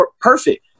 Perfect